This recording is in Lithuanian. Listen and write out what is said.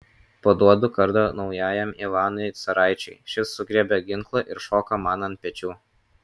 paduodu kardą naujajam ivanui caraičiui šis sugriebia ginklą ir šoka man ant pečių